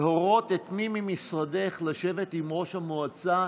להורות למי ממשרדך לשבת עם ראש המועצה,